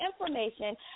information